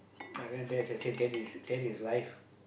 other than that I said that is that is life